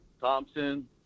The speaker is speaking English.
Thompson